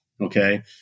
okay